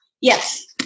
Yes